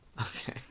okay